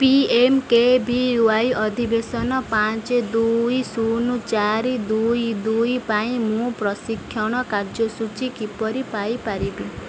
P M K V Y ଅଧିବେଶନ ପାଞ୍ଚ ଦୁଇ ଶୂନ ଚାରି ଦୁଇ ଦୁଇ ପାଇଁ ମୁଁ ପ୍ରଶିକ୍ଷଣ କାର୍ଯ୍ୟସୂଚୀ କିପରି ପାଇପାରିବି